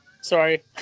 Sorry